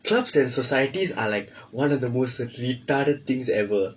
clubs and societies are like one of the most retarded things ever